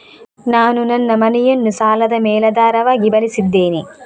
ನಾನು ನನ್ನ ಮನೆಯನ್ನು ಸಾಲದ ಮೇಲಾಧಾರವಾಗಿ ಬಳಸಿದ್ದೇನೆ